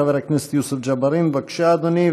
חבר הכנסת יוסף ג'בארין, בבקשה, אדוני.